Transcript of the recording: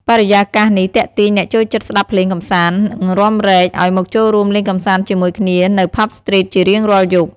បរិយាកាសនេះទាក់ទាញអ្នកចូលចិត្តស្តាប់ភ្លេងកម្សាន្ត និងរាំរែក ឲ្យមកចូលរួមលេងកម្សាន្តជាមួយគ្នានៅ ផាប់ស្ទ្រីតជារៀងរាល់យប់។